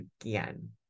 again